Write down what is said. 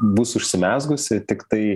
bus užsimezgusi tiktai